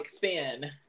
thin